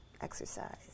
exercise